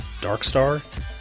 Darkstar